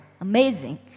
Amazing